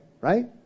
Right